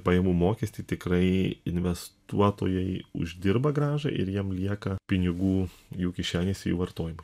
pajamų mokestį tikrai investuotojai uždirba grąžą ir jiem lieka pinigų jų kišenėse jų vartojimui